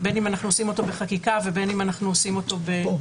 בין אם אנחנו עושים אותו בחקיקה ובין אם אנחנו עושים אותו --- הוא פה,